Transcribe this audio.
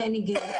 כן הגיעו,